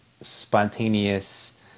spontaneous